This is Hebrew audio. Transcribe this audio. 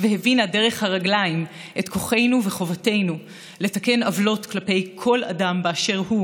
והבינה דרך הרגליים את כוחנו וחובתנו לתקן עוולות כלפי כל אדם באשר הוא,